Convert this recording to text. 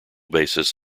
basis